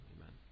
Amen